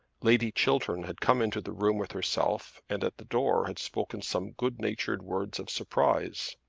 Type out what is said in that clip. lady chiltern had come into the room with herself, and at the door had spoken some good-natured words of surprise.